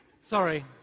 sorry